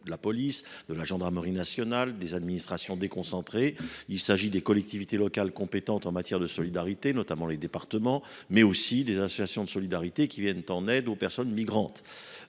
de la police, de la gendarmerie nationale, des administrations déconcentrées ou des collectivités locales compétentes en matière de solidarité, notamment les départements, mais aussi des membres des associations de solidarité qui viennent en aide aux personnes migrantes